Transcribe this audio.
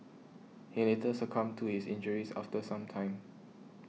he later succumbed to his injuries after some time